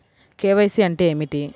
KYC అంటే ఏమిటి?